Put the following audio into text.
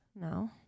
No